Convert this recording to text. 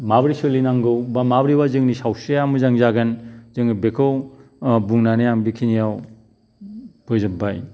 माबोरै सोलिनांगौ बा माबोरैबा जोंनि सावस्रिया मोजां जागोन जोङो बेखौ बुंनानै आं बेखिनियाव फोजोबबाय